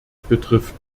betrifft